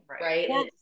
right